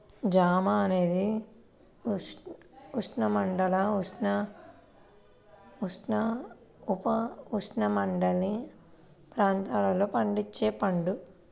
జామ అనేది ఉష్ణమండల, ఉపఉష్ణమండల ప్రాంతాలలో పండించే పండు